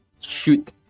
shoot